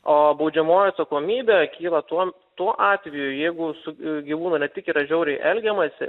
o baudžiamoji atsakomybė kyla tuo tuo atveju jeigu su gyvūnu ne tik yra žiauriai elgiamasi